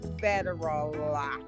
federal